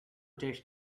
dish